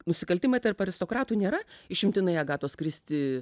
nusikaltimai tarp aristokratų nėra išimtinai agatos kristi